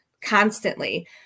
constantly